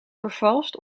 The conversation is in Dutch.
vervalst